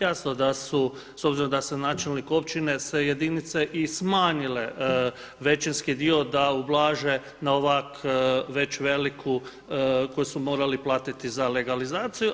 Jasno da su, s obzirom da sam načelnik općine sve jedinice i smanjile većinski dio da ublaže na ovako već veliku, koju su morali platiti za legalizaciju.